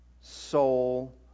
soul